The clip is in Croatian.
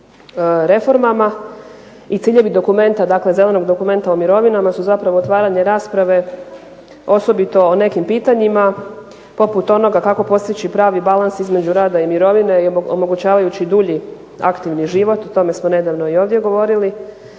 reformama. I ciljevi dokumenta, dakle zelenog dokumenta o mirovinama su zapravo otvaranje rasprave, osobito o nekim pitanjima. Poput onoga kako postići pravi balans između rada i mirovine omogućavajući dulji aktivni život. O tome smo nedavno i ovdje govorili.